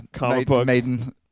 Maiden